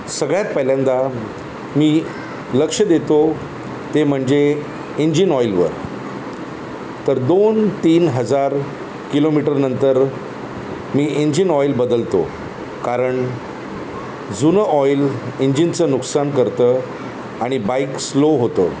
सगळ्यात पहिल्यांदा मी लक्ष देतो ते म्हणजे इंजिन ऑइलवर तर दोन तीन हजार किलोमीटर नंतर मी इंजिन ऑइल बदलतो कारण जुनं ऑइल इंजिनचं नुकसान करतं आणि बाईक स्लो होतं